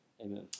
Amen